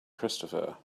christopher